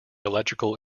electrical